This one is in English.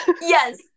yes